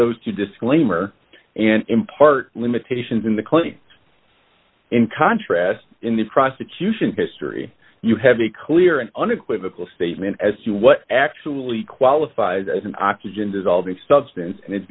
those two disclaimer and impart limitations in the clinic in contrast in the prosecution history you have a clear and unequivocal statement as to what actually qualifies as an oxygen dissolving substance and i